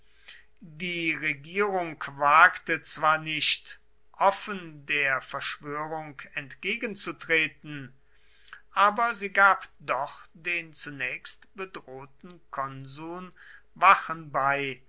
die regierung wagte zwar nicht offen der verschwörung entgegenzutreten aber sie gab doch den zunächst bedrohten konsuln wachen bei